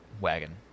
wagon